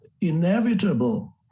inevitable